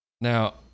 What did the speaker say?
Now